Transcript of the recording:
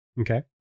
Okay